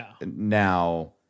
Now